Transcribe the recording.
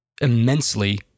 immensely